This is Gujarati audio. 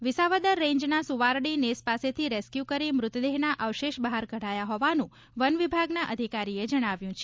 વિસાવદર રેન્જના સુવારડી નેસ પાસેથી રેસ્કયુ કરી મૃતદેહના અવશેષ બહાર કઢાયા હોવાનું વનવિભાગના અધિકારીએ જણાવ્યું છે